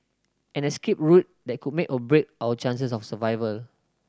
an escape route that could make or break our chances of survivor